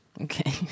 Okay